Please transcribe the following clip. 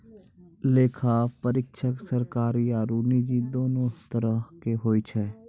लेखा परीक्षक सरकारी आरु निजी दोनो तरहो के होय छै